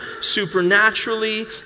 supernaturally